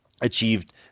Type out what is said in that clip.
achieved